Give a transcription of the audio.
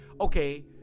okay